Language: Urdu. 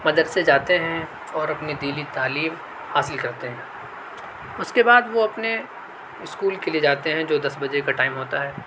مدرسے جاتے ہیں اور اپنے دینی تعلیم حاصل کرتے ہیں اس کے بعد وہ اپنے اسکول کے لیے جاتے ہیں جو دس بجے کا ٹائم ہوتا ہے